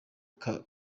gukora